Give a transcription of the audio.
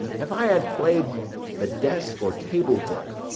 if i had play'd the desk or table-book,